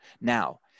now